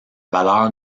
valeur